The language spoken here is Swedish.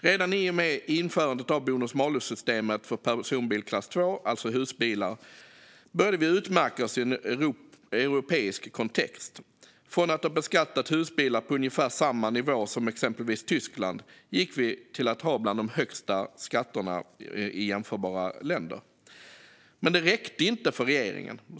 Redan i och med införandet av bonus-malus-systemet för personbil klass II, alltså husbilar, började vi utmärka oss i en europeisk kontext. Från att ha beskattat husbilar på ungefär samma nivå som exempelvis Tyskland gick vi till att ha en av de högsta skatterna bland jämförbara länder. Men det räckte inte för regeringen.